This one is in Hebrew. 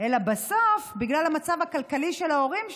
אלא בסוף, בגלל המצב הכלכלי של ההורים שלו,